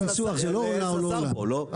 לא עולה או לא עולה,